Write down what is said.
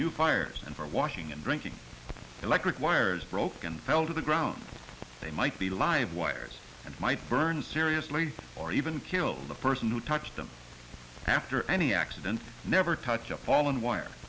new fires and for washing and drinking electric wires broken fell to the ground they might be live wires and might burn seriously or even kill the person who touched them after any accident never touch up all